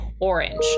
orange